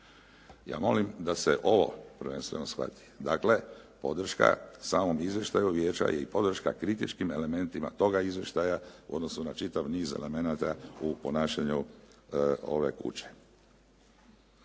Ja molim da se ovo prvenstveno shvati. Dakle podrška samom izvještaju vijeća i podrška kritičkim elementima toga izvještaja u odnosu na čitav niz elemenata u ponašanju ove kuće.